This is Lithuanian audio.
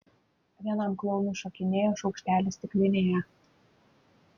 vienam klounui šokinėjo šaukštelis stiklinėje